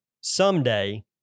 someday